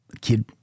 kid